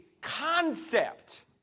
concept